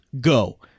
Go